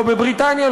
לא בבריטניה,